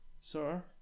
sir